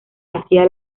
hacía